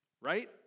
right